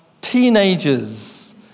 teenagers